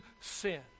sin